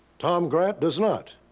tom grant does not.